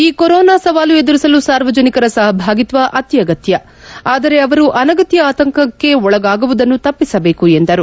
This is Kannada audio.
ಈ ಕೊರೊನಾ ಸವಾಲು ಎದುರಿಸಲು ಸಾರ್ವಜನಿಕರ ಸಹಭಾಗಿತ್ವ ಅತ್ಯಗತ್ಯ ಆದರೆ ಅವರು ಅನಗತ್ಯ ಆತಂಕಕ್ಕೆ ಒಳಗಾಗುವುದನ್ನು ತಪ್ಪಿಸಬೇಕು ಎಂದರು